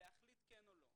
ולהחליט אם כן או לא.